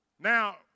Now